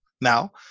Now